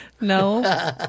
No